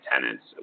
tenants